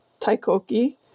Taikoki